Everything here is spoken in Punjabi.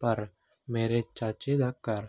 ਪਰ ਮੇਰੇ ਚਾਚੇ ਦਾ ਘਰ